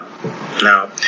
Now